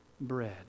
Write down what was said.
bread